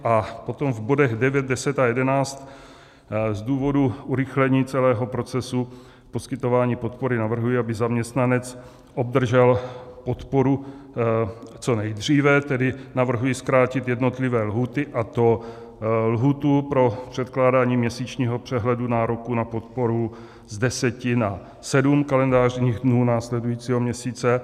A potom v bodech 9, 10 a 11 z důvodu urychlení celého procesu poskytování podpory navrhuji, aby zaměstnanec obdržel podporu co nejdříve, tedy navrhuji zkrátit jednotlivé lhůty, a to lhůtu pro předkládání měsíčního přehledu nároku na podporu z 10 na 7 kalendářních dnů následujícího měsíce.